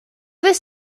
this